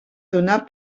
donar